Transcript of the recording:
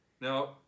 Now